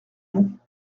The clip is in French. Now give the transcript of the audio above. monts